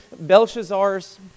Belshazzar's